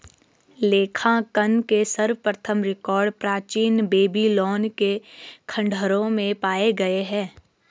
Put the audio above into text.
लेखांकन के सर्वप्रथम रिकॉर्ड प्राचीन बेबीलोन के खंडहरों में पाए गए हैं